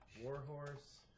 Warhorse